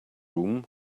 room